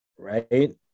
right